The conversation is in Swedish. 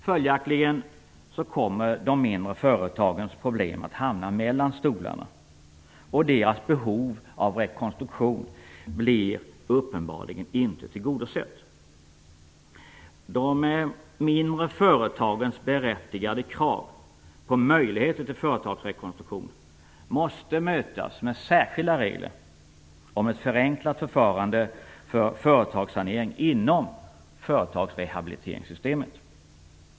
Följaktligen kommer de mindre företagens problem att hamna mellan stolarna, och deras behov av rekonstruktion blir uppenbarligen inte tillgodosett. De mindre företagens berättigade krav på möjligheter till företagsrekonstruktion måste mötas med särskilda regler om ett förenklat förfarande för företagssanering inom företagsrehabiliteringssystemet.